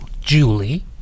Julie